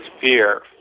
fear